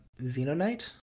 xenonite